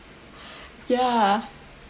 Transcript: ya